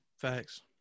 Facts